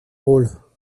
rôles